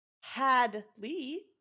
Hadley